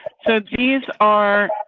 so these are,